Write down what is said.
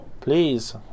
please